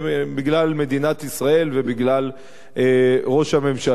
בגלל מדינת ישראל ובגלל ראש הממשלה.